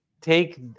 take, –